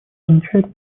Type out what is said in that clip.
означает